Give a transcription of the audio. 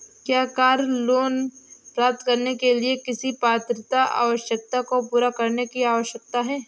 क्या car loan प्राप्त करने के लिए किसी पात्रता आवश्यकता को पूरा करने की आवश्यकता है?